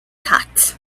cat